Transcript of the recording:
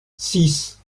six